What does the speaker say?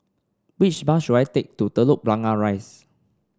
which bus should I take to Telok Blangah Rise